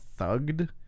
thugged